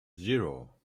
zero